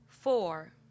Four